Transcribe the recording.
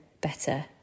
better